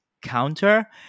counter